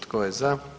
Tko je za?